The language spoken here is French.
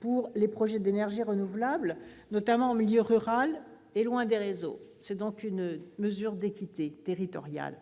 pour les projets d'énergies renouvelables, notamment en milieu rural, loin des réseaux. Il s'agit donc d'une mesure d'équité territoriale.